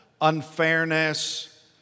unfairness